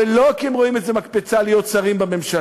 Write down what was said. ולא כי הם רואים בזה מקפצה להיות שרים בממשלה,